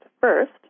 first